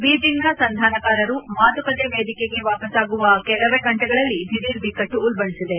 ಬೀಜೆಂಗ್ನ ಸಂಧಾನಕಾರರುಯ ಮಾತುಕತೆ ವೇದಿಕೆಗೆ ವಾಪಸ್ಸಾಗುವ ಕೆಲವೇ ಗಂಟೆಗಳಲ್ಲಿ ದಿಢೀರ್ ಬಿಕ್ಕಟ್ಟು ಉಲ್ಪಣಿಸಿದೆ